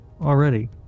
already